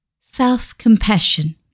self-compassion